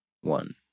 one